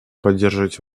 поддерживать